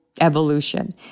evolution